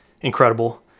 incredible